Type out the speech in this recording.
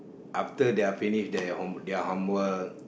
after their finish their homework